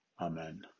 Amen